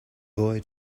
boy